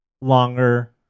longer